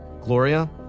Gloria